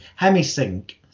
hemisync